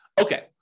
Okay